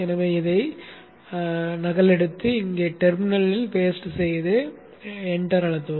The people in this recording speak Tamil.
எனவே இதை நகலெடுத்து இங்கே டெர்மினலில் பேஸ்ட் செய்து என்டரை அழுத்தவும்